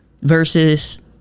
versus